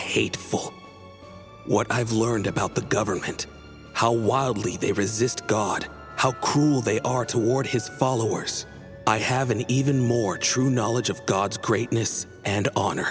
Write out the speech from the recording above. hateful what i've learned about the government how wildly they resist god how cool they are toward his followers i have an even more true knowledge of god's greatness and on